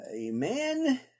Amen